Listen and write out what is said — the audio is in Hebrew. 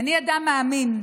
אני אדם מאמין,